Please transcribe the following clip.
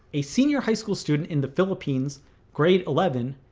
a senior high school student in the philippines grade eleven,